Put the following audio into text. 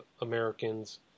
Americans